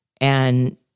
and-